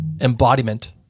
embodiment